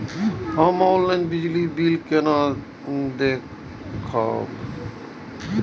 हम ऑनलाईन बिजली बील केना दूखमब?